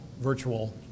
virtual